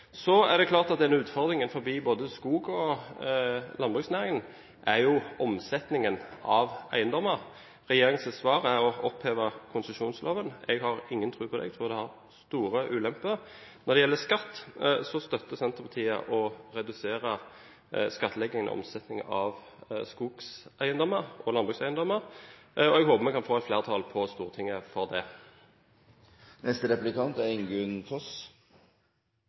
så vi har en langt mer offensiv satsing på skog. Jeg vil òg trekke fram ulike virkemidler for å få fram ny teknologi og nye bruksområder for skogen. Det er klart at utfordringen for både skog- og landbruksnæringen er omsetning av eiendommer. Regjeringens svar er å oppheve konsesjonsloven. Jeg har ingen tro på det, det medfører store ulemper. Når det gjelder skatt, støtter Senterpartiet å redusere skattleggingen ved omsetning av skogeiendommer og landbrukseiendommer, og vi håper vi kan